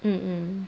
mm mm